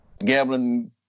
gambling